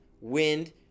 wind